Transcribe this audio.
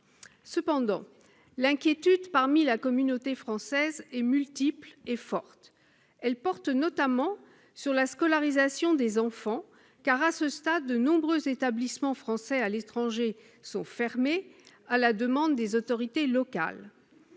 Cependant, l'inquiétude parmi la communauté française est multiple et forte. Elle porte notamment sur la scolarisation des enfants, car à ce stade, de nombreux établissements français à l'étranger sont fermés à la demande des autorités locales.